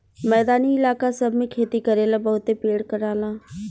मैदानी इलाका सब मे खेती करेला बहुते पेड़ कटाला